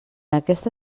aquesta